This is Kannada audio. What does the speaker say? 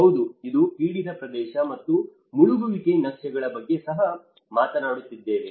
ಹೌದು ಇದು ಪೀಡಿತ ಪ್ರದೇಶ ಮತ್ತು ಮುಳುಗುವಿಕೆ ನಕ್ಷೆಗಳ ಬಗ್ಗೆ ಸಹ ಮಾತನಾಡುತ್ತಿದ್ದೇವೆ